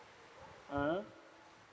mm